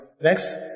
next